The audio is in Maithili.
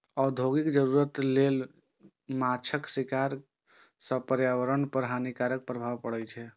औद्योगिक जरूरत लेल माछक शिकार सं पर्यावरण पर हानिकारक प्रभाव पड़ै छै